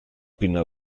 pinna